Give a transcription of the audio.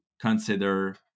consider